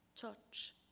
touch